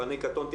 אני קטונתי.